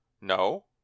No